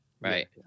right